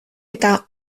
eta